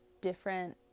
different